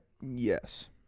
Yes